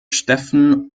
stephen